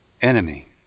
enemy